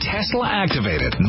Tesla-activated